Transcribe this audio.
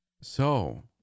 So